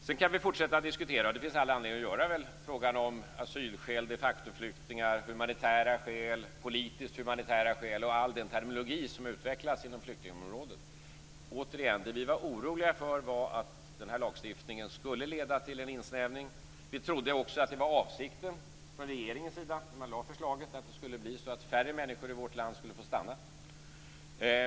Sedan kan vi fortsätta att diskutera frågan om asylskäl, de facto-flyktingar, humanitära skäl, politiskt humanitära skäl och all den terminologi som har utvecklats inom flyktingområdet, och det finns väl all anledning att göra. Det som vi var oroliga för var att denna lagstiftning skulle leda till en insnävning. Vi trodde också att det var avsikten från regeringens sida när den lade fram förslaget, alltså att färre människor skulle få stanna i vårt land.